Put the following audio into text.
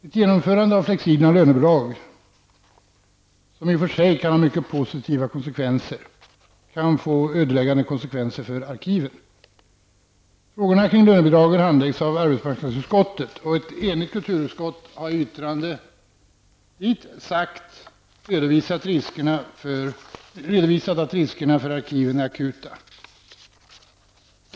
Ett genomförande av flexibla lönebidrag -- som i och för sig kan ha mycket positiva följder -- kan få ödeläggande konsekvenser för arkiven. Frågorna kring lönebidragen handläggs av arbetsmarknadsutskottet, och ett enigt kulturutskott har i yttrandet dit redovisat att riskerna för arkiven är akuta.